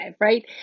right